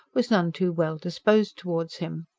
was none too well disposed towards him.